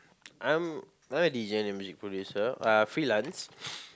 I'm a deejay and music producer uh freelance